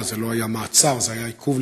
ראש המערכת שלהם ואת אחד הכתבים,